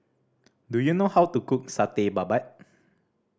do you know how to cook Satay Babat